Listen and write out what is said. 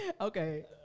Okay